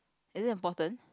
is it important